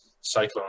Cyclone